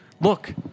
Look